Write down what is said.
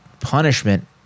punishment